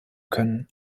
können